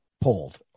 pulled